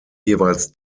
jeweils